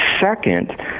Second